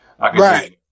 Right